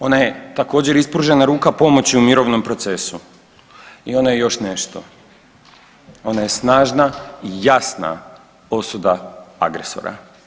Ona je također ispružena ruka pomoći u mirovnom procesu i ona je još nešto, ona je snažna i jasna osuda agresora.